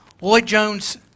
Lloyd-Jones